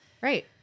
Right